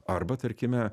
arba tarkime